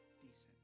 Decent